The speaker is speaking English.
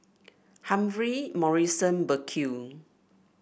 Humphrey Morrison Burkill